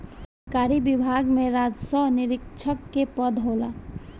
सरकारी विभाग में राजस्व निरीक्षक के पद होला